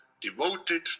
devoted